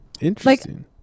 Interesting